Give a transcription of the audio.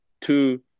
two